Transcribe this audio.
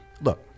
look